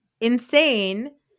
insane